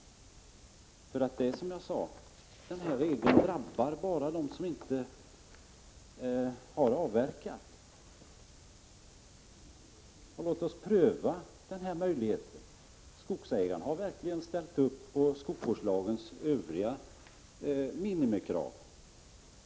Som jag sade drabbar den här regeln bara dem som inte har avverkat. Låt oss pröva den här möjligheten! Skogsägarna har verkligen ställt upp på skogsvårdslagens övriga minimikrav.